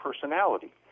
personality